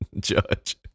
judge